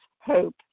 hope